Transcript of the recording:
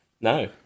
No